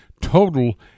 total